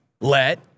Let